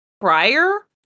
prior